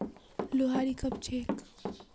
लोहड़ी कब छेक